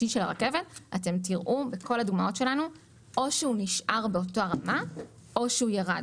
אתם תראו בכל הדוגמאות שלנו שהוא נשאר באותה רמה או ירד.